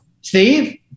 Steve